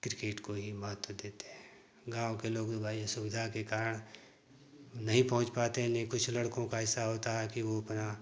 cricket को ही महत्व देते हैं गाँव के लोग तो भाई सुविधा के कारण नहीं पहुँच पाते हैं लेकिन कुछ लड़कों का ऐसा होता है कि वो अपना